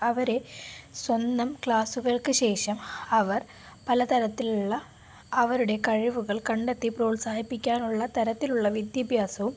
അവരെ സ്വന്തം ക്ലാസുകൾക്ക് ശേഷം അവർ പലതരത്തിലുള്ള അവരുടെ കഴിവുകൾ കണ്ടെത്തി പ്രോത്സാഹിപ്പിക്കാനുള്ള തരത്തിലുള്ള വിദ്യാഭ്യാസവും